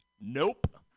nope